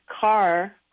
car